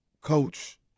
coach